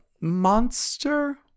monster